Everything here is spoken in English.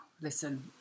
Listen